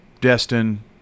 Destin